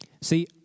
See